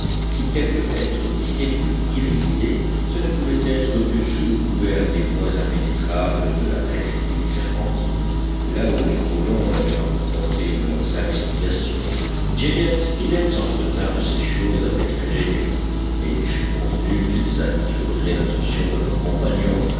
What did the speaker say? si quelque être mystérieux y résidait ce ne pouvait être que sous le couvert des bois impénétrables de la presqu'île serpentine là où les colons n'avaient encore porté leurs investigations gédéon spilett s'entretint de ces choses avec l'ingénieur et il fut convenu qu'ils attireraient l'attention de leurs compagnons